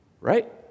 Right